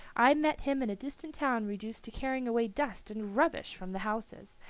i met him in a distant town reduced to carrying away dust and rubbish from the houses.